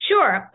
Sure